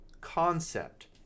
concept